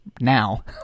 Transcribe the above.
now